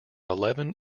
eleven